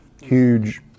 Huge